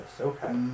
Okay